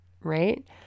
Right